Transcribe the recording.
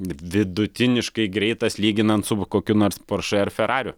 vidutiniškai greitas lyginant su kokiu nors poršė ar ferariu